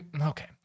Okay